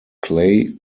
clay